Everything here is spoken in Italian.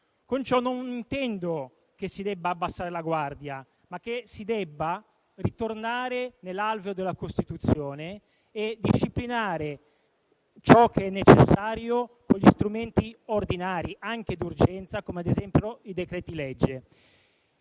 Con ciò non intendo che si debba abbassare la guardia, ma ritornare nell'alveo della Costituzione e disciplinare ciò che è necessario con gli strumenti ordinari, anche d'urgenza, come ad esempio i decreti-legge.